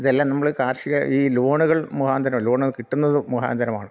ഇതെല്ലാം നമ്മൾ കാർഷിക ഈ ലോണുകൾ മുഖാന്തരം ലോണ് കിട്ടുന്നത് മുഖാന്തരമാണ്